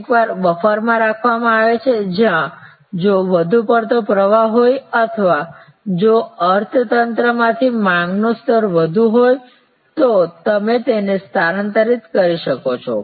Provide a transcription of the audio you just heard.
કેટલીકવાર બફર રાખવામાં આવે છે જ્યાં જો વધુ પડતો પ્રવાહ હોય અથવા જો અર્થતંત્રમાંથી માંગનું સ્તર વધુ હોય તો તમે તેને સ્થાનાંતરિત કરો છો